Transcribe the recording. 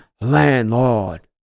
landlord